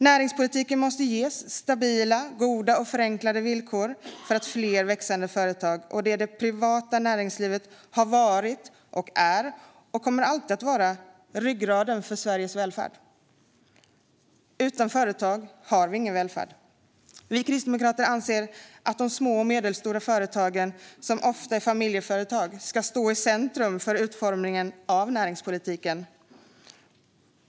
Näringspolitiken måste ge stabila, goda och förenklade villkor för fler och växande företag. Det privata näringslivet har varit, är och kommer alltid att vara ryggraden för Sveriges välfärd. Utan företag har vi ingen välfärd. Vi kristdemokrater anser att de små och medelstora företagen, som ofta är familjeföretag, ska stå i centrum för utformningen av näringspolitiken.